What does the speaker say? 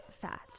fat